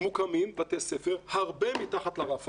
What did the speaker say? מוקמים בתי ספר הרבה מתחת לרף.